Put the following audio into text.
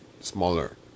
smaller